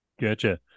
Gotcha